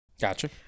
Gotcha